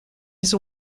his